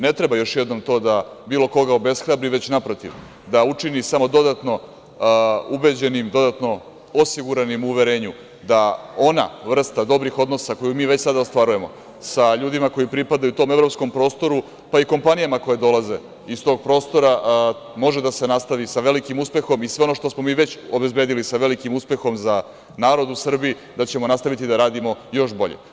Ne treba još jednom to da bilo koga obeshrabri, već naprotiv, da učini samo dodatno ubeđenim, dodatno osiguranim uverenju da ona vrsta dobrih odnosa koju mi već sada ostvarujemo sa ljudima koji pripadaju tom evropskom prostoru, pa i kompanijama koje dolaze iz tog prostora, može da se nastavi sa velikim uspehom i sve ono što smo mi već obezbedili sa velikim uspehom za narod u Srbiji, da ćemo nastaviti da radimo još bolje.